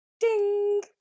Ding